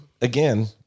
again